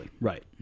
right